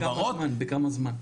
בכמה זמן?